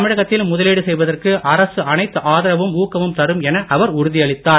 தமிழகத்தில் முதலீடு செய்வதற்கு அரசு அனைத்து ஆதரவும் ஊக்கமும் தரும் என அவர் உறுதியளித்தார்